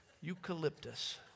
Eucalyptus